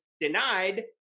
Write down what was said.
denied